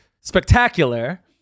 spectacular